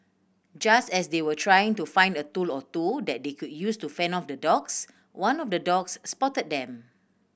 just as they were trying to find a tool or two that they could use to fend off the dogs one of the dogs spotted them